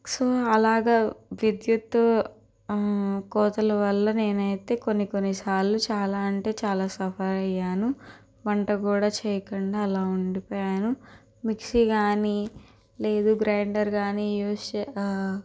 so అలాగ విద్యుత్తు కోతలవల్ల నేనైతే కొన్ని కొన్ని సార్లు చాలా అంటే చాలా సఫర్ అయ్యాను వంట కూడా చేయకుండా అలా ఉండిపోయాను మిక్సీ కానీ లేదు గ్రైండర్ కానీ యూస్ చేయ